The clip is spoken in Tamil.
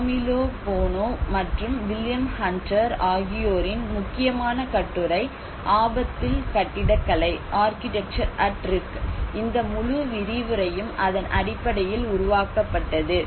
காமிலோ போனோ மற்றும் வில்லியம் ஹண்டர் ஆகியோரின் முக்கியமான கட்டுரை 'ஆபத்தில் கட்டிடக்கலை ' இந்த முழு விரிவுரையும் அதன் அடிப்படையில் உருவாக்கப்பட்டது